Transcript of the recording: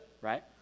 right